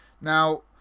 Now